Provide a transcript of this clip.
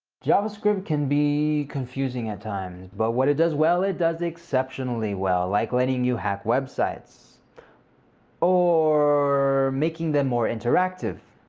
javascript can be. confusing at times. but what it does well, it does exceptionally well like letting you hack websites or. making them more interactive.